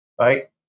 right